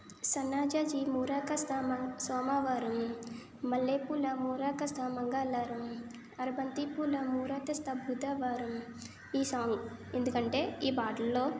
సన్నాజాజి మూరా తెస్తా మ సోమవారం మల్లెపూల మూరా తెస్తా మంగళారం అరబంతి పూల మూర తెస్తా బుధవారం ఈ సాంగ్ ఎందుకంటే ఈ పాటల్లో